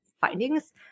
findings